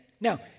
Now